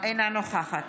אינה נוכחת